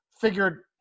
figured